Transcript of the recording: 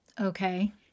Okay